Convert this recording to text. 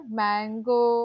mango